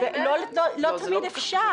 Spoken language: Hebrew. לא תמיד אפשר.